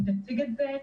והיא תציג את זה.